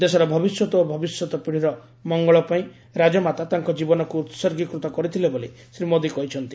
ଦେଶର ଭବିଷ୍ୟତ ଓ ଭବିଷ୍ୟତ ପିଢ଼ିର ମଙ୍ଗଳ ପାଇଁ ରାଜମାତା ତାଙ୍କ ଜୀବନକୁ ଉର୍ସୀଗୃତ କରିଥିଲେ ବୋଲି ଶ୍ରୀ ମୋଦି କହିଛନ୍ତି